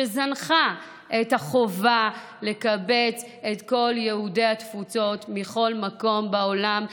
שזנחה את החובה לקבץ את כל יהודי התפוצות מכל מקום בעולם.